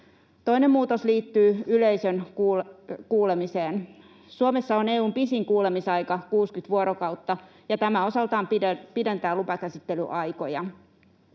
Toinen muutos liittyy yleisön kuulemiseen. Suomessa on EU:n pisin kuulemisaika, 60 vuorokautta, ja tämä osaltaan pidentää lupakäsittelyaikoja.